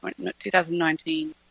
2019